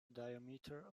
diameter